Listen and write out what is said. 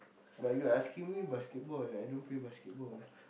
but you asking me basketball I don't play basketball